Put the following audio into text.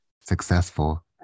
successful